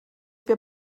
wir